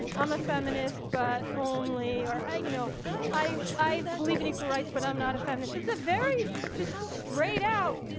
i'm a feminist but only or i you know i believe in equal rights, but i'm not a feminist. it's a very just straight out,